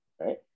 right